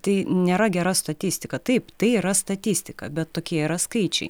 tai nėra gera statistika taip tai yra statistika bet tokie yra skaičiai